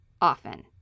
often